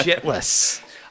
Shitless